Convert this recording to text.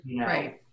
Right